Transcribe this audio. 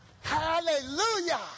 Hallelujah